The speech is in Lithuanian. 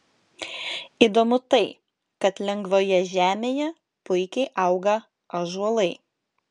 įdomu tai kad lengvoje žemėje puikiai auga ąžuolai